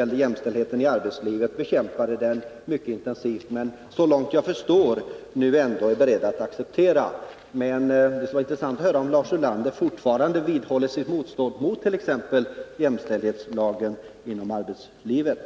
om jämställdhet i arbetslivet, som antogs 1979, bekämpade man däremot mycket intensivt, men såvitt jag förstår är man nu ändå beredd att acceptera den. Det skulle vara intressant att höra om Lars Ulander fortfarande vidhåller sitt motstånd mot lagen om jämställdhet inom arbetslivet.